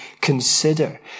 consider